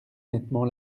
nettement